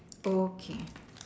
okay